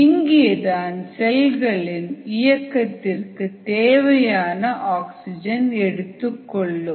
இங்கேதான் செல்களின் இயக்கத்திற்கு தேவையான ஆக்சிஜன் எடுத்துக்கொள்ளும்